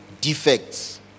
defects